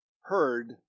heard